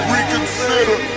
Reconsider